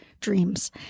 dreams